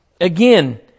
again